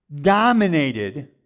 dominated